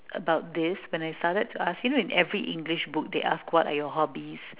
about this when I started to ask you know in every English book they ask what are your hobbies